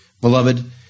Beloved